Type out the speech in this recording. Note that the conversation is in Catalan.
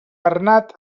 bernat